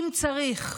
אם צריך.